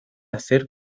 hacer